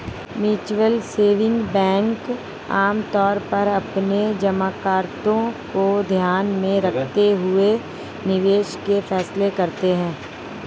mutual saving bank आमतौर पर अपने जमाकर्ताओं को ध्यान में रखते हुए निवेश के फैसले करते हैं